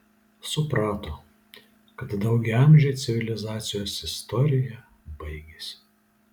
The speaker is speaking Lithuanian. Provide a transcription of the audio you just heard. suprato kad daugiaamžė civilizacijos istorija baigiasi